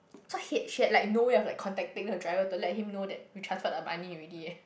so he she had no way of contacting the driver to let him know that we transferred the money already eh